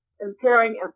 impairing